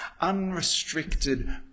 unrestricted